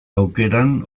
aukeran